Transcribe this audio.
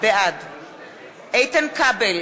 בעד איתן כבל,